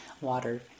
water